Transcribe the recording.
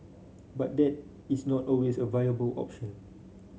but that is not always a viable option